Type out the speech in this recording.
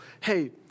hey